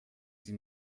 sie